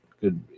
Good